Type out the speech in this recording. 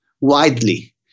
widely